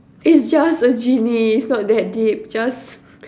it's just a genie it's not that deep